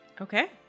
Okay